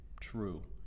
True